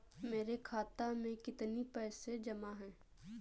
मेरे खाता में कितनी पैसे जमा हैं?